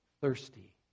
thirsty